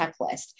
checklist